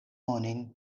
onin